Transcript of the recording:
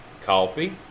coffee